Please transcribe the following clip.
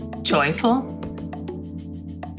joyful